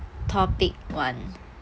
topic one